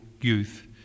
youth